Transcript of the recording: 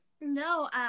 No